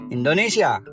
Indonesia